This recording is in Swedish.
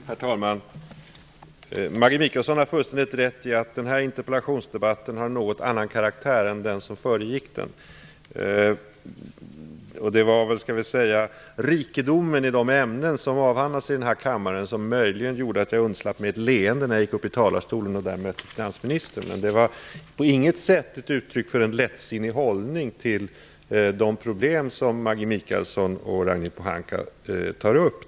Herr talman! Maggi Mikaelsson har fullständigt rätt i att den här interpellationsdebatten har en något annan karaktär än den debatt som föregick den. Det var rikedomen i de ämnen som avhandlas i denna kammare som möjligen gjorde att jag undslapp mig ett leende när jag gick upp i talarstolen och där mötte finansministern. Det var på inget sätt ett uttryck för en lättsinnig hållning till de problem som Maggi Mikaelsson och Ragnhild Pohanka tar upp.